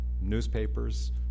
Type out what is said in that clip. newspapers